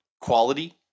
quality